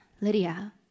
Lydia